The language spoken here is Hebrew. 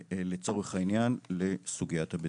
לצורך העניין, לסוגיית הבטיחות.